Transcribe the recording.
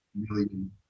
million